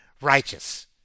righteous